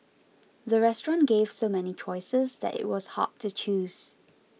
the restaurant gave so many choices that it was hard to choose